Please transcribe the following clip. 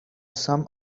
some